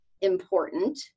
important